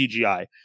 cgi